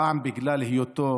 פעם בגלל היותו